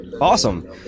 awesome